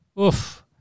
oof